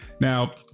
Now